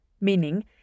Meaning